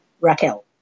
Raquel